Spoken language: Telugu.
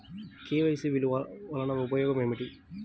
కే.వై.సి వలన ఉపయోగం ఏమిటీ?